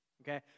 Okay